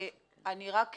אני רוצה להתייחס